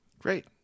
Great